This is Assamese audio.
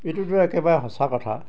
এইটোতো একেবাৰে সঁচা কথা